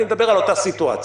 אני מדבר על אותה סיטואציה